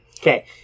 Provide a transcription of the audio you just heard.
Okay